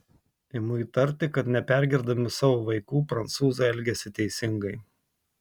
imu įtarti kad nepergirdami savo vaikų prancūzai elgiasi teisingai